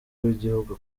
w’igihugu